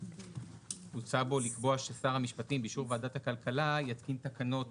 הוצע לקבוע בו ששר המשפטים באישור ועדת הכלכלה יתקין תקנות